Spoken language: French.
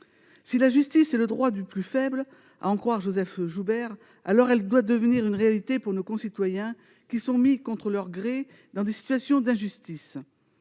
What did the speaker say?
la justice est le droit du plus faible, alors elle doit devenir une réalité pour nos concitoyens qui sont mis contre leur gré dans des situations d'injustice.